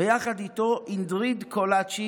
ויחד איתו אינדריד קולאשי,